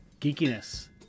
geekiness